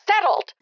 settled